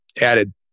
added